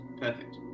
Perfect